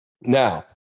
Now